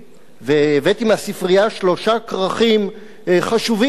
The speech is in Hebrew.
והבאתי מהספרייה שלושה כרכים חשובים מאוד,